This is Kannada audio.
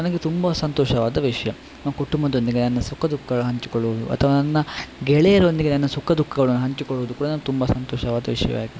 ನನಗೆ ತುಂಬ ಸಂತೋಷವಾದ ವಿಷಯ ನನ್ನ ಕುಟುಂಬದೊಂದಿಗೆ ನನ್ನ ಸುಖ ದುಃಖಗಳನ್ನು ಹಂಚಿಕೊಳ್ಳುವುದು ಅಥ್ವಾ ನನ್ನ ಗೆಳೆಯರೊಂದಿಗೆ ನನ್ನ ಸುಖ ದುಃಖಗಳನ್ನು ಹಂಚಿಕೊಳ್ಳುವುದು ಕೂಡ ನನ್ಗೆ ತುಂಬ ಸಂತೋಷವಾದ ವಿಷಯವಾಗಿದೆ